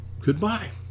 goodbye